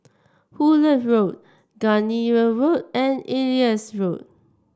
Hullet Road Gardenia Road and Elias Road